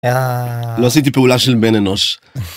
לא עשיתי פעולה של בן אנוש.